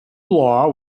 law